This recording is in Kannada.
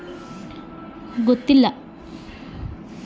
ಇ ಕಾಮರ್ಸ್ ಮಾರುಕಟ್ಟೆ ಸ್ಥಳಗಳಿಗೆ ವ್ಯಾಪಾರ ಮಾದರಿಗಳ ಉದಾಹರಣೆಗಳು ಯಾವುವು?